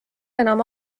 enam